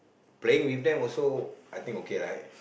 playing with them also I think okay right